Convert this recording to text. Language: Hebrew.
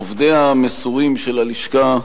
עובדיה המסורים של הלשכה,